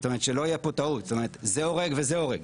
זאת אומרת, שלא תהיה פה טעות, זה הורג והזה הורג.